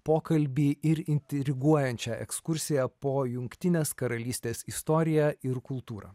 pokalbį ir intriguojančią ekskursiją po jungtinės karalystės istoriją ir kultūrą